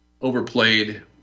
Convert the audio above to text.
overplayed